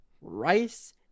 Rice